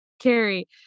Carrie